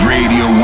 Radio